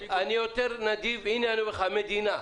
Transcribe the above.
המדינה,